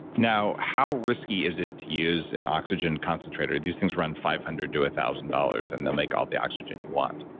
now, how risky is it to use an oxygen concentrator? these things run five hundred to one thousand dollars and they'll make all the oxygen you want